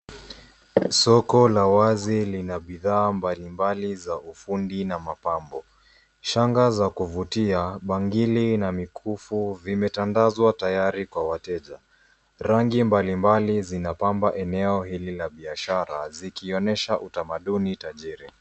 Soko la wazi lina bidhaa mbalimbali za ufundi na mapambo. Shanga za kuvutia, bangili na mikufu vimetandazwa tayari kwa wateja. Rangi mbalimbali zinapamba eneo hili la biashara zikionyesha utamaduni tajiri.